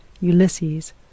Ulysses